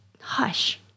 hush